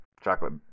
chocolate